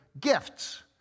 gifts